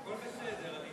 הכול בסדר.